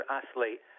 athlete